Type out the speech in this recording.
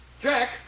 Jack